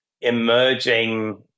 emerging